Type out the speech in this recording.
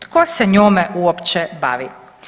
Tko se njome uopće bavi?